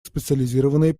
специализированные